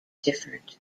different